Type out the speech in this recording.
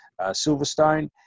Silverstone